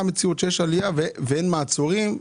מציאות שיש עלייה במחירים ואין מעצורים.